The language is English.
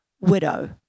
widow